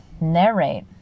narrate